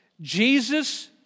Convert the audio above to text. Jesus